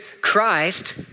Christ